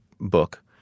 book